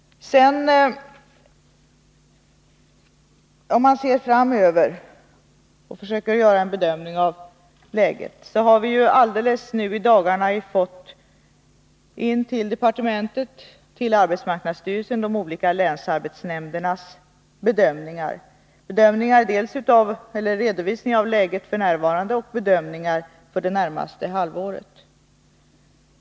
Ser man framåt och försöker göra en bedömning av läget, kan nämnas att de olika länsarbetsnämndernas bedömningar har kommit in till departementet och till arbetsmarknadsstyrelsen under de senaste dagarna. Det gäller redovisningar av det nuvarande läget och bedömningar om utvecklingen det närmaste halvåret.